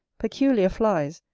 peculiar flies,